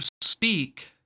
speak